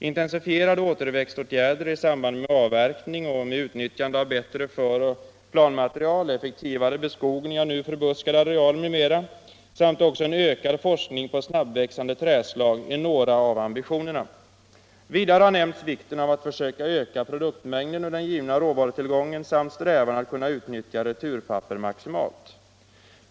Intensifierade återväxtåtgärder i samband med avverkning och med utnyttjande av bättre föroch planmaterial, effektivare beskogning av nu förbuskad areal m.m. samt också en ökad forskning om snabbväxande trädslag är några av ambitionerna. Vidare har nämnts vikten av att försöka öka produktmängden ur den givna råvarutillgången samt strävan att kunna utnyttja returpapper maximalt.